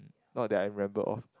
not that I remember of